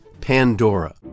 Pandora